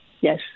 Yes